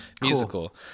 musical